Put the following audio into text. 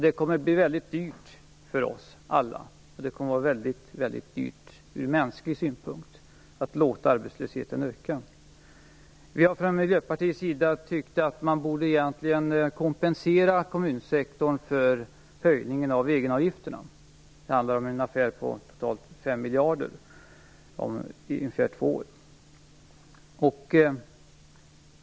Det kommer att bli dyrt för oss alla och väldigt dyrt ur mänsklig synpunkt att låta arbetslösheten öka. Vi har från Miljöpartiets sida tyckt att man egentligen borde kompensera kommunsektorn för höjningen av egenavgifterna. Det handlar om totalt 5 miljarder kronor under ungefär två år.